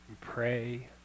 pray